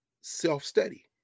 self-study